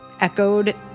echoed